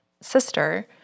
sister